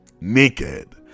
naked